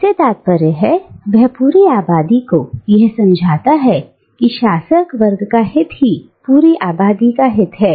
इससे तात्पर्य है वह पूरी आबादी को यह समझाता है कि शासक वर्ग का हित ही पूरी आबादी का हित है